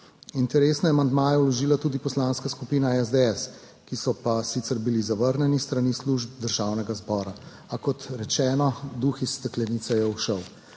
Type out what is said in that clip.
Interesne amandmaje je vložila tudi Poslanska skupina SDS, ki so pa sicer bili zavrnjeni s strani služb Državnega zbora. A kot rečeno, duh iz steklenice je ušel.